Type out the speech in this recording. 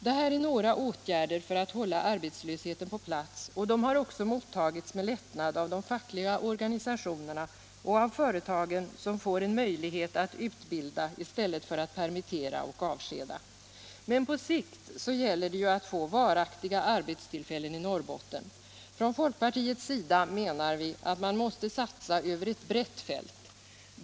Det här är några åtgärder för att hålla arbetslösheten på plats, och de har också mottagits med lättnad av de fackliga organisationerna och av företagen, som får en möjlighet att utbilda i stället för att permittera och avskeda. Men på sikt gäller det ju att få varaktiga arbetstillfällen i Norrbotten. Från folkpartiets sida menar vi att man måste satsa över ett brett fält.